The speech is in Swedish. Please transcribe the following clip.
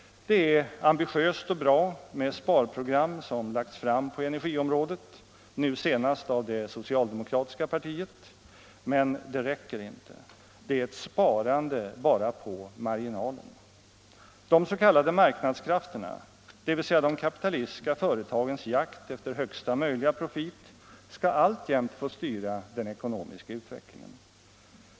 Det är ambitiöst och bra med sparprogram som lagts fram på energiområdet, nu senast av det socialdemokratiska partiet. Men det räcker inte. Det är ett sparande bara på marginalen. De s.k. marknadskrafterna, dvs. de kapitalistiska företagens jakt efter högsta möjliga profit, skall alltjämt få styra den ekonomiska utvecklingen.